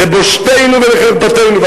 לבושתנו ולחרפתנו.